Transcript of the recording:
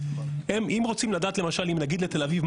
אם רוצים לדעת למשל בתל אביב,